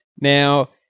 Now